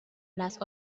las